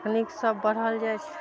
लोक सब बढ़ल जाइ छै